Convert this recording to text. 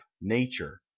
Nature